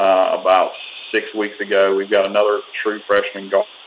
about six weeks ago we've got another true freshman got